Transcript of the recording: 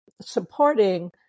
supporting